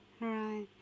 Right